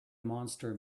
monster